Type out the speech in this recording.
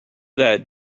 that